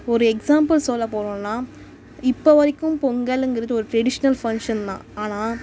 ஒரு எக்ஸாம்பிள் சொல்ல போனோம்னா இப்போ வரைக்கும் பொங்கலுங்கிறது ஒரு ட்ரெடிஷ்னல் ஃபங்க்ஷன் தான் ஆனால்